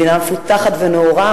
מדינה מפותחת ונאורה,